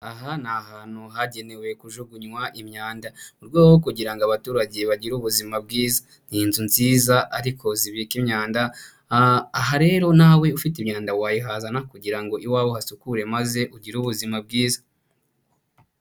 Aha ni ahantu hagenewe kujugunywa imyanda mu rwego kugira ngo abaturage bagire ubuzima bwiza. Ni inzu nziza ariko zibika imyanda, aha rero nawe ufite imyanda wayihazana kugira ngo iwawe uhasukure maze ugire ubuzima bwiza.